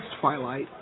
Twilight